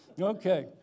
Okay